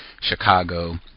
chicago